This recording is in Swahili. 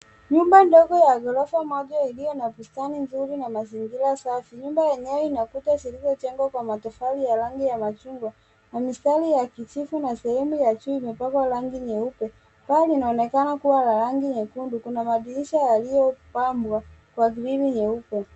Nyumba ndogo ya ghorofa moja iliyo na bustani nzuri na mazingira safi. Nyumba yenyewe ina ukuta zilizojengwa kwa matofari ya rangi ya machungwa na mistari ya kijivu na sehemu ya juu imepakwa rangi nyeupe. Paa linaonekana kuwa ya rangi nyekundu. Kuna madirisha yaliyopambwa kwa grili nyeupe.